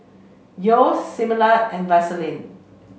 Yeo's Similac and Vaseline